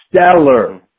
Stellar